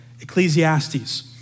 Ecclesiastes